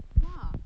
!wah!